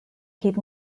keep